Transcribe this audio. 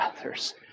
others